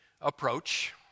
approach